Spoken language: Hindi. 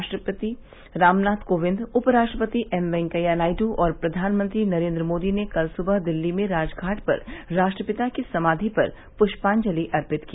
राष्ट्रपति रामनाथ कोविंद उपराष्ट्रपति एम वेंकैया नायडू और प्रघानमंत्री नरेन्द्र मोदी ने कल सुबह दिल्ली में राजघाट पर राष्ट्रपिता की समाधि पर पुष्पांजलि अर्पित की